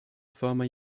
former